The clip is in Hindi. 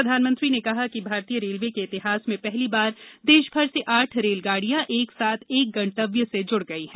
प्रधानमंत्री ने कहा कि भारतीय रेलवे के इतिहास में पहली बार देशभर से आठ रेलगाड़ियां एक साथ एक गन्तव्य से जुड़ गई हैं